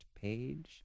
page